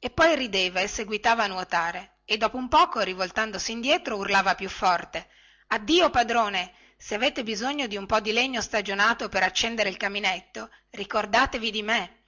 e poi rideva e seguitava a nuotare e dopo un poco rivoltandosi indietro urlava più forte addio padrone se avete bisogno di un po di legno stagionato per accendere il caminetto ricordatevi di me